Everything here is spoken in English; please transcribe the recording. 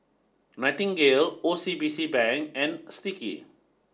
nightingale O C B C Bank and Sticky